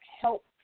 Help